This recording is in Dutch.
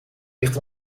licht